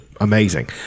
amazing